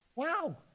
wow